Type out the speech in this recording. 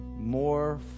more